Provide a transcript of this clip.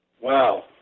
Wow